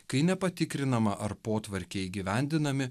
kai nepatikrinama ar potvarkiai įgyvendinami